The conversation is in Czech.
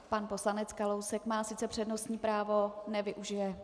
Pan poslanec Kalousek má sice přednostní právo, nevyužije.